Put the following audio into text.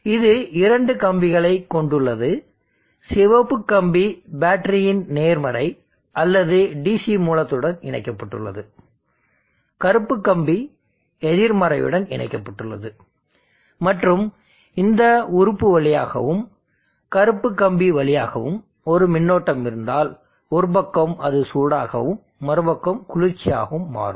இது இரண்டு கம்பிகளைக் கொண்டுள்ளது சிவப்பு கம்பி பேட்டரியின் நேர்மறை அல்லது DC மூலத்துடன் இணைக்கப்பட்டுள்ளது கருப்பு கம்பி எதிர்மறையுடன் இணைக்கப்பட்டுள்ளது மற்றும் இந்த உறுப்பு வழியாகவும் கருப்பு கம்பி வழியாகவும் ஒரு மின்னோட்டம் இருந்தால் ஒரு பக்கம் அது சூடாகவும் மறுபக்கம் குளிர்ச்சியாகவும் மாறும்